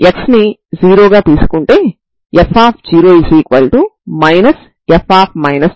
ఈ విధంగా మీరు నాన్ జీరో పరిష్కారం కోసం చూస్తారు